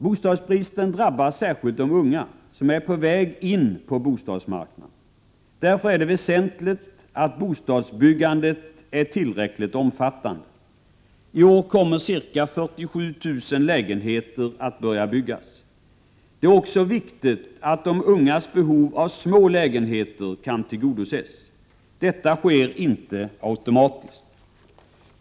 Bostadsbristen drabbar särskilt de unga som är på väg in på bostadsmarknaden. Därför är det väsentligt att bostadsbyggandet är tillräckligt omfattande. T år kommer ca 47 000 lägenheter att börja byggas. Det är också viktigt att de ungas behov av små lägenheter kan tillgodoses. Detta sker inte automatiskt.